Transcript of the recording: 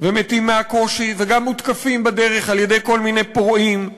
ומתים מהקושי וגם מותקפים בדרך על-ידי כל מיני פורעים.